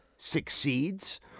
succeeds